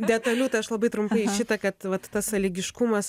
detaliau tai aš labai trumpai šitą kad vat tas sąlygiškumas